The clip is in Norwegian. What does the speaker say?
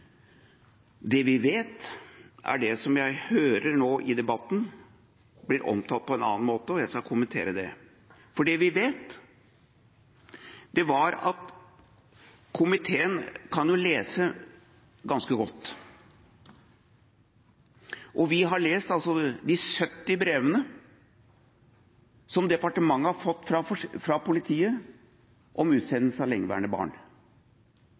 Det vi vet, er det som jeg nå hører i debatten bli omtalt på en annen måte, og jeg skal kommentere det. Komiteen kan lese ganske godt, og vi har lest de 70 brevene som departementet har fått fra politiet om utsendelse av lengeværende barn.